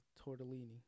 tortellini